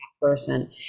person